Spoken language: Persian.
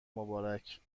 مبارک